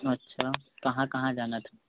अच्छा कहाँ कहाँ जाना था